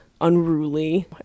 unruly